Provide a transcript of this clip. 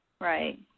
Right